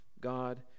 god